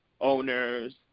owners